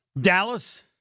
Dallas